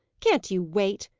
can't you wait?